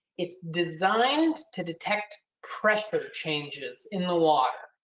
it's designed to detect pressure changes in the water.